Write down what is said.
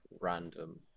random